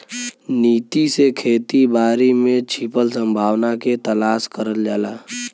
नीति से खेती बारी में छिपल संभावना के तलाश करल जाला